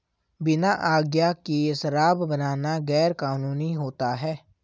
बिना आज्ञा के शराब बनाना गैर कानूनी होता है